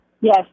Yes